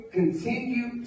continue